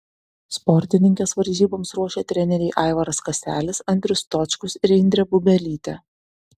sportininkes varžyboms ruošė treneriai aivaras kaselis andrius stočkus ir indrė bubelytė